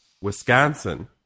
Wisconsin